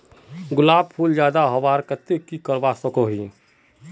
गुलाब फूल ज्यादा होबार केते की करवा सकोहो ही?